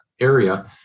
area